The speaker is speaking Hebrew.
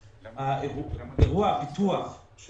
אירוע הפיתוח של